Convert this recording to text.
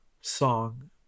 song